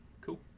cool